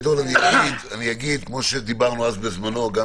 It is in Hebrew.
כפי שדיברנו בזמנו, גם